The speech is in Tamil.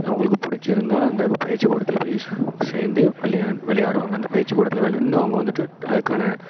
அவங்களுக்கு பிடிச்சிருந்தால் அந்த பயிற்சிக்கூடத்தில் போய் சேர்ந்து விளையாண் விளையாடுவாங்க அந்த பயிற்சிக்கூடத்தில் விளையாண்டு அவங்க வந்துட்டு அதுக்கான